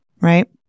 right